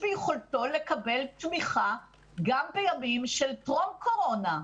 ביכולתו לקבל תמיכה גם בימים של טרום קורונה.